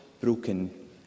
broken